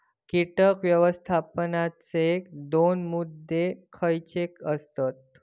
कीटक व्यवस्थापनाचे दोन मुद्दे खयचे आसत?